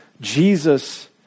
Jesus